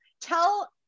tell